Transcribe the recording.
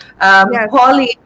paulie